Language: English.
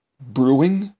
brewing